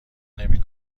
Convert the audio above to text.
نمی